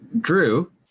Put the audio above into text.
Drew